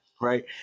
right